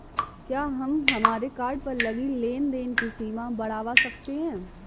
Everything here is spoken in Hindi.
क्या हम हमारे कार्ड पर लगी लेन देन की सीमा बढ़ावा सकते हैं?